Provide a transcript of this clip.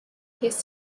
his